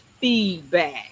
feedback